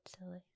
silly